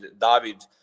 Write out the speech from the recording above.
David